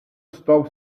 stop